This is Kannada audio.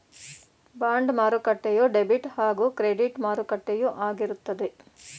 ಬಾಂಡ್ ಮಾರುಕಟ್ಟೆಯು ಡೆಬಿಟ್ ಹಾಗೂ ಕ್ರೆಡಿಟ್ ಮಾರುಕಟ್ಟೆಯು ಆಗಿರುತ್ತದೆ